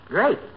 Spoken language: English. Great